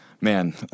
man